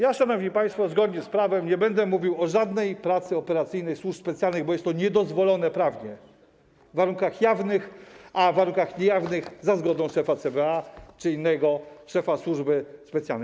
Ja, szanowni państwo, zgodnie z prawem nie będę mówił o żadnej pracy operacyjnej służb specjalnych, bo jest to niedozwolone prawnie w warunkach jawnych, a w warunkach niejawnych - dozwolone za zgodą szefa CBA czy innego szefa służby specjalnej.